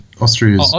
Austria